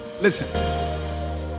Listen